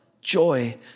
joy